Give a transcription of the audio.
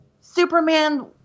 Superman